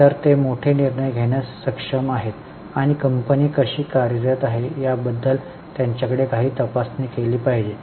तर ते मोठे निर्णय घेण्यास सक्षम आहेत आणि कंपनी कशी कार्यरत आहे याबद्दल त्यांच्याकडे काही तपासणी केली पाहिजे